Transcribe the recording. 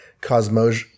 Cosmos